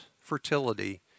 fertility